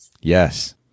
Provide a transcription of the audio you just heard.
yes